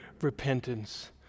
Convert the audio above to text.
repentance